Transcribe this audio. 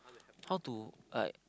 how to like